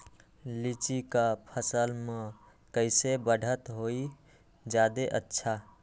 लिचि क फल म कईसे बढ़त होई जादे अच्छा?